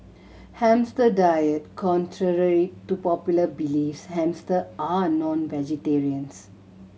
hamster diet contrary to popular beliefs hamster are not vegetarians